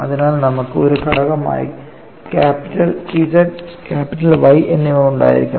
അതിനാൽ നമുക്ക് ഒരു ഘടകമായി ക്യാപിറ്റൽ Z ക്യാപിറ്റൽ Y എന്നിവ ഉണ്ടായിരിക്കാം